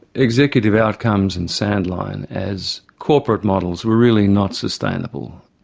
executive outcomes and sandline as corporate models were really not sustainable.